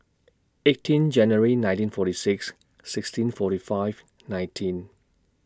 eighteen January nineteen forty six sixteen forty five nineteen